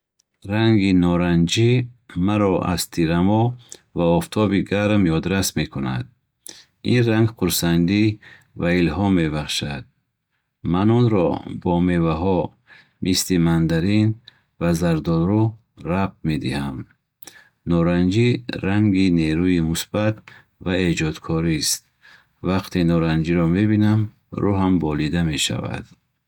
Ранги норанҷӣ маро аз тирамоҳ ва офтоби гарм ёдрас мекунад. Ин ранг хурсандӣ ва илҳом мебахшад. Ман онро бо меваҳо, мисли мандарин ва зардолу, рабт медиҳам. Норанҷӣ ранги нерӯи мусбат ва эҷодкорист. Вақте норанҷиро мебинам, рӯҳам болида мешавад.